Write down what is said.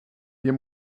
hier